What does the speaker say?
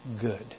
good